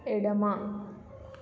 ఎడమ